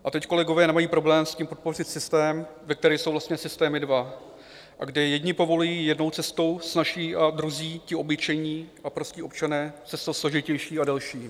A teď kolegové nemají problém s tím podpořit systém, ve kterém jsou vlastně systémy dva, a kde jedni povolují jednou cestou, snazší, a druzí, ti obyčejní a prostí občané, cestou složitější a delší.